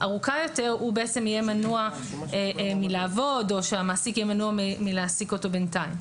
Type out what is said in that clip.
ארוכה יותר יהיה מנוע מלעבוד או שהמעסיק יהיה מנוע מלהעסיק אותו בינתיים.